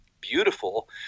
beautiful